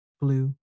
blue